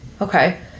Okay